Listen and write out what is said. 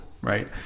right